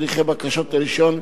הליכי בקשות לרשיון,